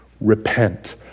repent